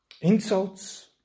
insults